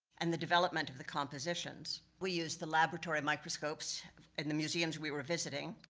and the development of the compositions. we use the laboratory microscopes in the museums we were visiting,